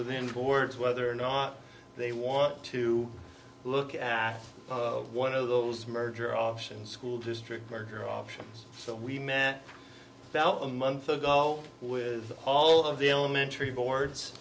them boards whether or not they want to look at one of those merger options school district merger options so we met bell a month ago with all of the elementary boards